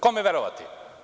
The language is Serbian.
Kome verovati?